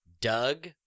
Doug